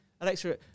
Alexa